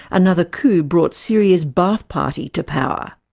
another coup brought syria's ba'ath party to power.